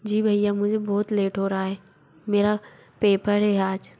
जी भैया मुझे बहुत लेट हो रहा हे मेरा पेपर है आज